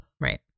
right